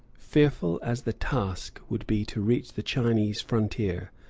fearful as the task would be to reach the chinese frontier,